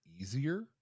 easier